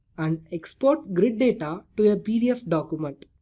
and export grid data to a pdf document.